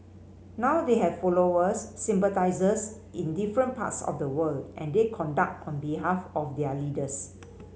now they have followers sympathisers in different parts of the world and they conduct on behalf of their leaders